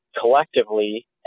collectively